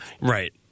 Right